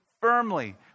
firmly